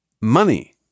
money